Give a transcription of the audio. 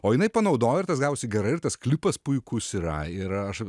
o jinai panaudoja ir tas gavosi gerai ir tas klipas puikus yra ir aš